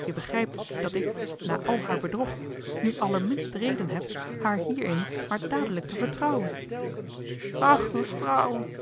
je begrijpt dat ik na al haar bedrog nu allerminst reden heb haar hierin maar dadelijk te vertrouwen uch mefrouw